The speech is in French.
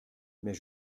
mais